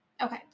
Okay